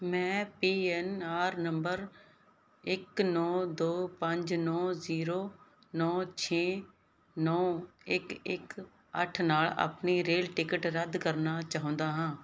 ਮੈਂ P N R number ਇੱਕ ਨੌਂ ਦੋ ਪੰਜ ਨੌਂ ਜ਼ੀਰੋ ਨੌਂ ਛੇ ਨੌਂ ਇੱਕ ਇੱਕ ਅੱਠ ਨਾਲ ਆਪਣੀ ਰੇਲ ਟਿਕਟ ਰੱਦ ਕਰਨਾ ਚਾਹੁੰਦਾ ਹਾਂ